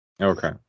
Okay